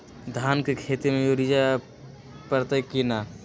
धान के खेती में यूरिया परतइ कि न?